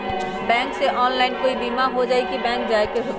Bank से online कोई बिमा हो जाई कि बैंक जाए के होई त?